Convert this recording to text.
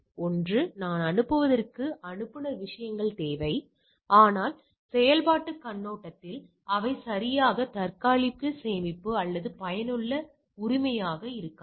ஒன்று நான் அனுப்புவதற்கு அனுப்புநர் விஷயங்கள் தேவை ஆனால் செயல்பாட்டுக் கண்ணோட்டத்தில் அவை மிகவும் தற்காலிக சேமிப்பு அல்லது பயனுள்ள உரிமையாக இருக்காது